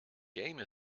game